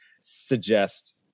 suggest